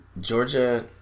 Georgia